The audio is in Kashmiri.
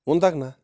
ووٚن تَکھ نَہ